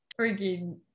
freaking